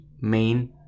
main